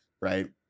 right